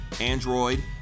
Android